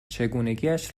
چگونگیاش